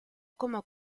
como